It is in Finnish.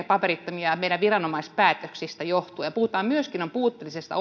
paperittomia juuri meidän viranomaispäätöksistä johtuen puhutaan myöskin puutteellisesta